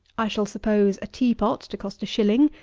i shall suppose a tea-pot to cost a shilling,